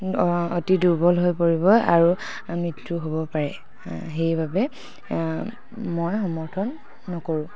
অতি দুৰ্বল হৈ পৰিব আৰু মৃত্যু হ'ব পাৰে সেইবাবে মই সমৰ্থন নকৰোঁ